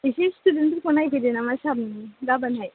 एसे स्टुदेन्दफोरखौ नायफैदो नामा सार गाबोन हाय